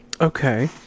Okay